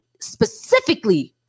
specifically